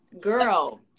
girl